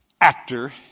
actor